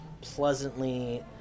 pleasantly